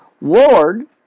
Lord